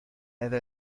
desde